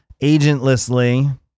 agentlessly